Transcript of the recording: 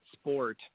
sport